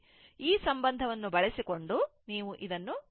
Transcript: ಆದ್ದರಿಂದಈ ಸಂಬಂಧವನ್ನು ಬಳಸಿಕೊಂಡು ನೀವು ಇದನ್ನು ಕಂಡುಹಿಡಿಯಬೇಕು